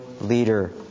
leader